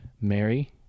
Mary